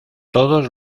todos